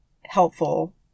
helpful